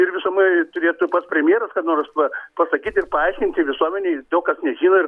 ir visumoj turėtų pats premjeras kada nors va pasakyt ir paaiškinti visuomenei daug kas nežino ir